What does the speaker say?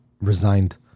resigned